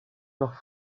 noch